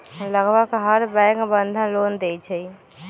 लगभग हर bank Bandhan loan देई छई